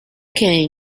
can